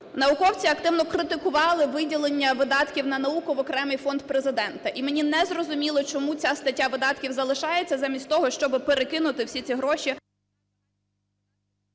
Науковці активно критикували виділення видатків на науку в окремий фонд Президента. І мені незрозуміло, чому ця статті видатків залишається замість того, щоби перекинути всі ці гроші…